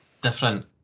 different